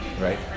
Right